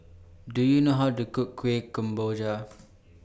Do YOU know How to Cook Kueh Kemboja